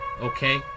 okay